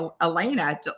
Elena